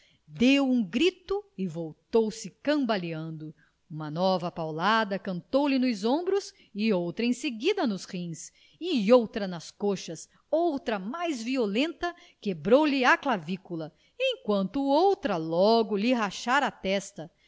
deu um grito e voltou-se cambaleando uma nova paulada cantou lhe nos ombros e outra em seguida nos rins e outra nas coxas outra mais violenta quebrou lhe a clavícula enquanto outra logo lhe rachava a testa